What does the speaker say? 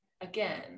again